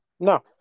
No